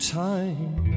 time